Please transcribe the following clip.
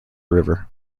river